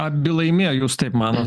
abi laimėjo jūs taip manot